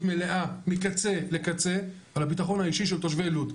מלאה מקצה לקצה על הביטחון האישי של תושבי לוד.